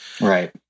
Right